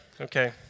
okay